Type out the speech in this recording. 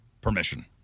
permission